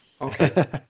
Okay